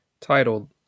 titled